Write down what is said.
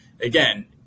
Again